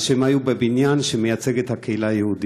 על זה שהם היו בבניין שמייצג את הקהילה היהודית.